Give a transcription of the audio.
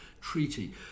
treaty